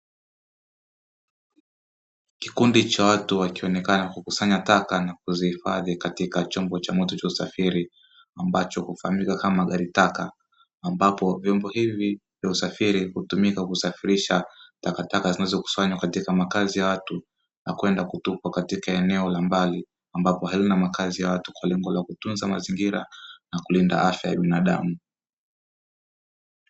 Kikundi cha watu wakionekana kukusanya taka na kuzihifadhi katika chombo cha moto cha usafiri, ambacho hufahamika kama gari taka, ambapo vyombo hivi vya usafiri hutumika kusafirisha takataka zinazokusanywa katika makazi ya watu, na kwenda kutupwa katika eneo la mbali ambapo halina makazi ya watu, kwa lengo la kutunza mazingira na kulinda afya ya binadamu.